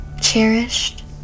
cherished